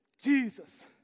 Jesus